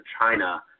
China